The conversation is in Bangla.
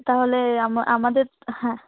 তাহলে আমা আমাদের হ্যাঁ